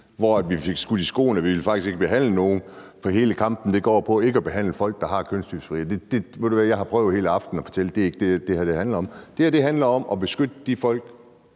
hvor vi fik skudt i skoene, at vi faktisk ikke ville behandle nogen, for hele kampen går på ikke at behandle folk, der har kønsdysfori. Ved du hvad, jeg har prøvet hele aftenen at fortælle, at det ikke er det, det her handler om. Det her handler om at beskytte de folk,